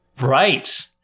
Right